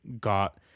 got